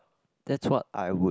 that's what I would